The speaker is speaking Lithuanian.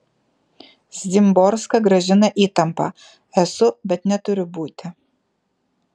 szymborska grąžina įtampą esu bet neturiu būti